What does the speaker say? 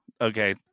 Okay